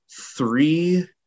three